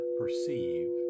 perceive